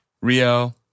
Rio